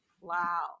Wow